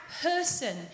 person